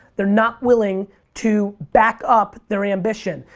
they're not willing to back up their ambition.